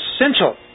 essential